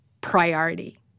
priority